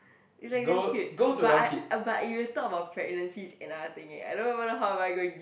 it's like damn cute but I but if you talk about pregnancy it's another thing eh I don't even know how am I going to gi~